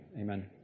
amen